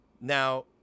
Now